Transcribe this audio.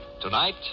Tonight